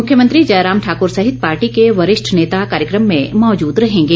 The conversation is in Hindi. मुख्यमंत्री जयराम ठाक्र सहित पार्टी के वरिष्ठ नेता कार्यक्रम में मौजूद रहेंगे